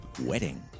Wedding